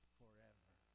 forever